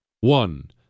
One